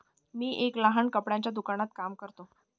मी एका लहान कपड्याच्या दुकानात काम करतो